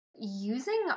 using